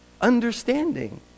Understanding